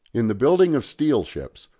in the building of steel ships,